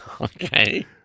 Okay